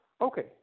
Okay